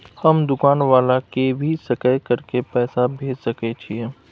हम दुकान वाला के भी सकय कर के पैसा भेज सके छीयै?